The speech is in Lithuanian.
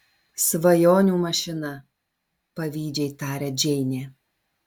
svajonių mašina pavydžiai taria džeinė